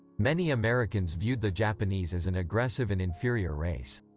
many americans viewed the japanese as an aggressive and inferior race.